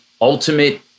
ultimate